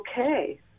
Okay